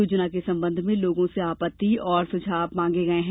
योजना के संबंध में लोगो से आपत्ति और सुझाव मांगे गये हैं